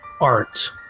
Art